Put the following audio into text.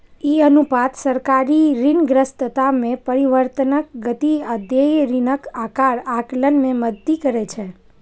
ई अनुपात सरकारी ऋणग्रस्तता मे परिवर्तनक गति आ देय ऋणक आकार आकलन मे मदति करै छै